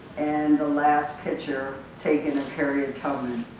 and the last picture taken of harriet tubman